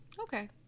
Okay